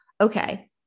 Okay